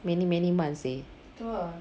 many many months seh